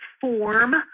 form